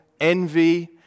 envy